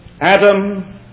Adam